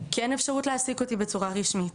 כי אין אפשרות להעסיק אותי בצורה רשמית.